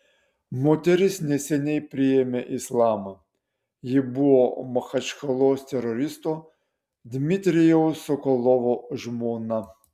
moteris neseniai priėmė islamą ji buvo machačkalos teroristo dmitrijaus sokolovo žmona